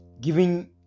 giving